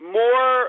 more